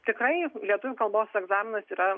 tikrai lietuvių kalbos egzaminas yra